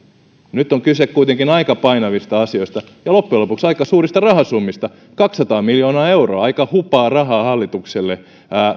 nyt on kyse kuitenkin aika painavista asioista ja loppujen lopuksi aika suurista rahasummista kaksisataa miljoonaa euroa aika hupaa rahaa hallitukselle